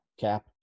cap